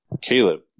Caleb